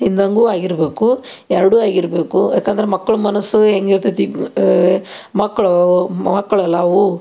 ತಿಂದಂಗೂ ಆಗಿರಬೇಕು ಎರಡೂ ಆಗಿರಬೇಕು ಯಾಕಂದ್ರೆ ಮಕ್ಕಳ ಮನಸ್ಸು ಹೆಂಗಿರ್ತೈತಿ ಮಕ್ಕಳು ಮಕ್ಕಳಲ್ಲ ಅವು